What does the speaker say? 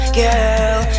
girl